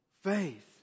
faith